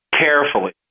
carefully